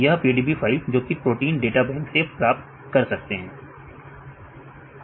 यह PDB file जो कि प्रोटीन डेटाबैंक से प्राप्त कर सकते हैं